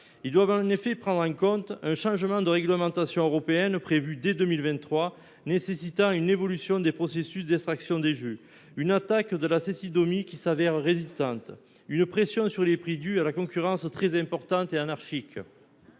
Ils doivent en effet faire face à un changement de réglementation européenne dès 2023 nécessitant une évolution des processus d'extraction des jus, à une attaque de cécidomyies qui s'avèrent résistantes, à une pression sur les prix due à une concurrence très importante et anarchique.